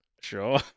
Sure